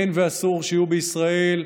אין ואסור שיהיו בישראל מגזרים,